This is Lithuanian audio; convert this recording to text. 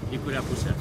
į kurią pusę